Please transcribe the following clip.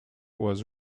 was